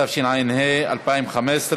התשע"ה 2015,